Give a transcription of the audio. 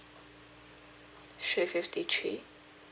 three fifty three